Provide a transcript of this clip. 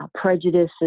prejudices